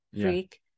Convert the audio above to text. freak